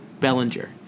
Bellinger